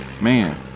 man